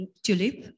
tulip